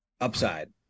upside